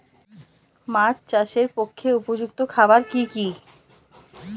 মাছ চাষের পক্ষে উপযুক্ত খাবার কি কি?